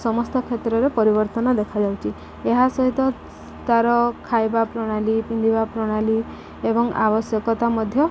ସମସ୍ତ କ୍ଷେତ୍ରରେ ପରିବର୍ତ୍ତନ ଦେଖାଯାଉଛି ଏହା ସହିତ ତା'ର ଖାଇବା ପ୍ରଣାଳୀ ପିନ୍ଧିବା ପ୍ରଣାଳୀ ଏବଂ ଆବଶ୍ୟକତା ମଧ୍ୟ